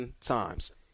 times